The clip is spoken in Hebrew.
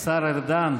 השר ארדן,